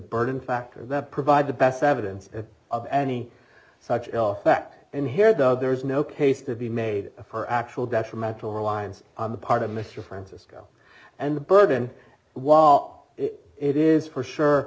burden factor that provide the best evidence of any such fact in here though there is no case to be made for actual detrimental reliance on the part of mr francisco and the burden while it is for sure